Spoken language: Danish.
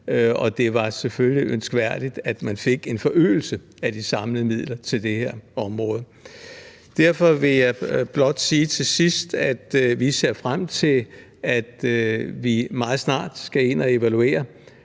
at det selvfølgelig var ønskværdigt, at man fik en forøgelse af de samlede midler til det her område. Derfor vil jeg blot sige til sidst, at vi ser frem til, at vi meget snart skal ind at evaluere